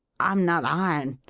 i'm not iron.